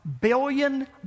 billion